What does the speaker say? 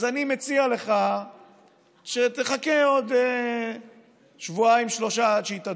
אז אני מציע לך שתחכה עוד שבועיים-שלושה עד שהיא תדון.